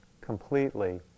completely